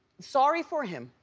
sorry for him.